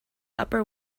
upper